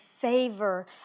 favor